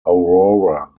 aurora